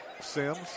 Sims